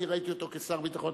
אני ראיתי אותו כשר ביטחון.